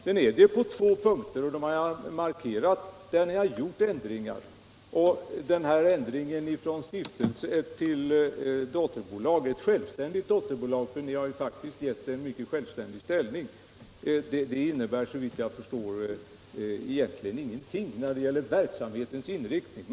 Sedan har ni på två punkter — som jag har markerat — gjort ändringar. Den första ändringen från stiftelse till ett självständigt dotterbolag — ni har faktiskt gett det en mycket självständig ställning — innebär, såvitt jag förstår, egentligen ingenting när det gäller verksamhetens inriktning.